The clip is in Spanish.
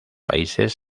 países